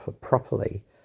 properly